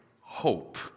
hope